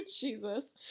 Jesus